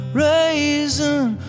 raising